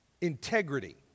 integrity